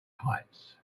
heights